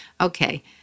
Okay